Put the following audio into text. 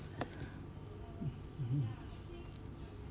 mm mmhmm